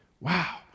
Wow